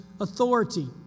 authority